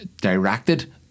directed